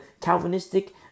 Calvinistic